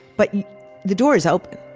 but the door is open.